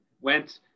went